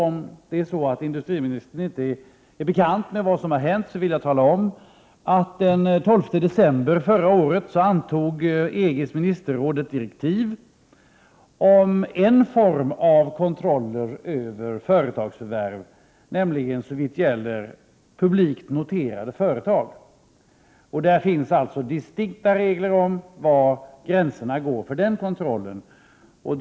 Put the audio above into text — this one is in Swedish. Om industriministern inte är bekant med vad som har hänt vill jag tala om att EG:s ministerråd den 12 december förra året antog ett direktiv om en form av kontroll över företagsförvärv, nämligen såvitt gäller publikt noterade företag. Det finns distinkta regler om var gränserna för den kontrollen går.